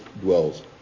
dwells